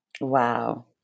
Wow